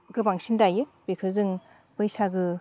गोबांसिन दायो बेखौ जों बैसागो